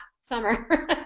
summer